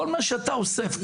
כל מה שאתה אוסף,